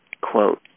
Quote